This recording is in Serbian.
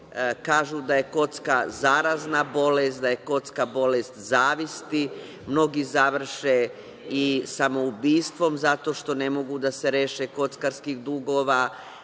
da je kocka zarazna bolest, da je kocka bolest zavisti. Mnogi završe i samoubistvom zato što ne mogu da se reše kockarskih dugova,